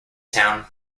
town